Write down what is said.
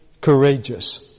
courageous